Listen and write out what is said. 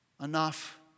enough